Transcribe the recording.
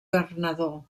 bernadó